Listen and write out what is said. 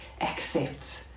accept